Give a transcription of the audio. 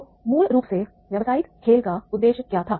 तो मूल रूप से व्यावसायिक खेल का उद्देश्य क्या था